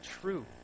true